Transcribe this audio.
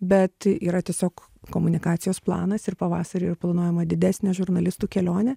bet yra tiesiog komunikacijos planas ir pavasarį yra planuojama didesnė žurnalistų kelionė